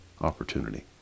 opportunity